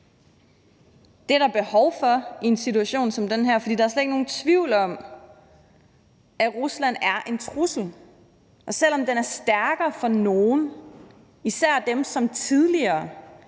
Det er der behov for i en situation som den her, for der er slet ikke nogen tvivl om, at Rusland er en trussel, og selv om den er stærkere for nogen, især dem, som tidligere